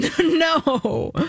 No